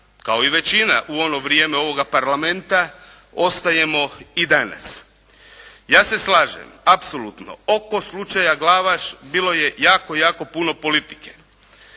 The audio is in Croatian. kao i većina u ono vrijeme ovoga Parlamenta, ostajemo i danas. Ja se slažem apsolutno oko slučaja Glavaš bilo je jako, jako puno politike.